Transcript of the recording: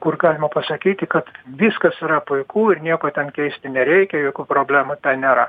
kur galima pasakyti kad viskas yra puiku ir nieko ten keisti nereikia jokių problemų ten nėra